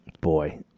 Boy